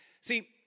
See